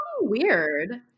weird